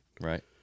Right